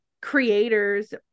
creators